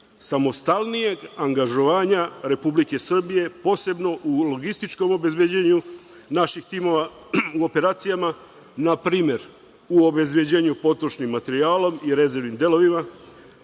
samostalnijeg angažovanja Republike Srbije posebno u logističkom obezbeđenju naših timova u operacijama npr. u obezbeđenju potrošnim materijalom i rezervnim delovima,